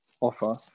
offer